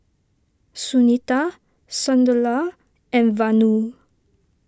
Sunita Sunderlal and Vanu